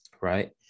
right